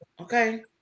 Okay